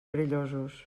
perillosos